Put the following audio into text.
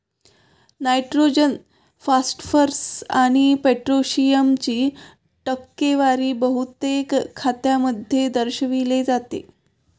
nitrogen, phosphorus आणि पोटॅशियमची टक्केवारी बहुतेक खतांमध्ये दर्शविली जाते